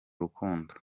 rukundo